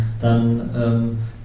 dann